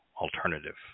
alternative